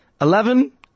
eleven